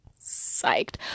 psyched